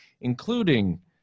including